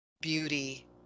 beauty